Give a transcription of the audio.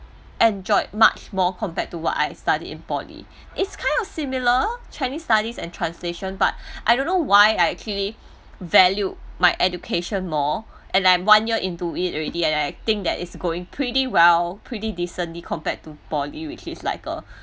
enjoyed much more compare to what I studied in poly it's kind of similar chinese studies and translation but I don't know why I actually valued my education more and I'm one year into it already and I think that it's going pretty well pretty decently compared to poly which is a